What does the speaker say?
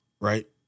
Right